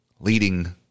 leading